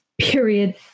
period